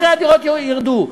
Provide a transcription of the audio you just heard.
מחירי הדירות ירדו.